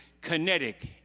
kinetic